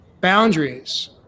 boundaries